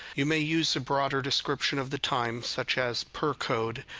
you may use a broader description of the time, such as per code.